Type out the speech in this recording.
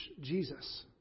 Jesus